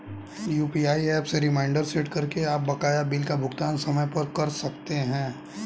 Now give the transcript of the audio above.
UPI app में reminder set करके आप बकाया बिल का भुगतान समय पर कर सकते हैं